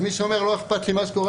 אז מי שאומר שלא אכפת לו מה שקורה